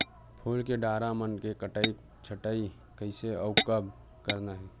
फूल के डारा मन के कटई छटई कइसे अउ कब करना हे?